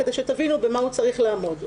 כדי שתבינו במה הוא צריך לעמוד.